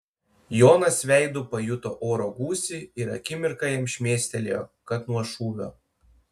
jonas veidu pajuto oro gūsį ir akimirką jam šmėstelėjo kad nuo šūvio